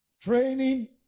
training